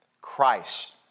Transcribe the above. Christ